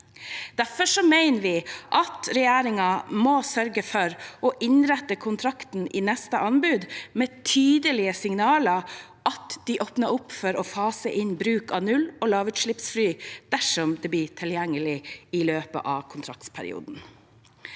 Derfor mener vi at regjeringen må sørge for å innrette kontrakten i neste anbud med tydelige signaler om at de åpner for å fase inn bruk av null- og lavutslippsfly, dersom det blir tilgjengelig i løpet av kontraktsperioden.